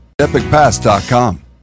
EpicPass.com